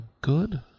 good